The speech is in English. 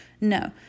No